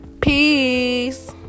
peace